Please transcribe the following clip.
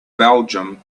belgium